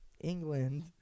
England